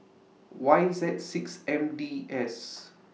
Y Z six M D S